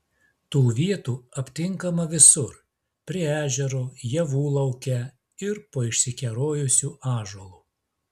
tų vietų aptinkama visur prie ežero javų lauke ir po išsikerojusiu ąžuolu